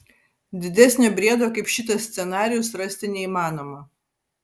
didesnio briedo kaip šitas scenarijus rasti neįmanoma